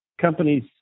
companies